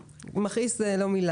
מכעיס.